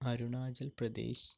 Arunachal Pradesh